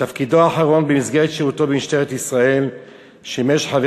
בתפקידו האחרון במסגרת שירותו במשטרת ישראל שימש חבר